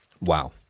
Wow